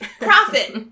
Profit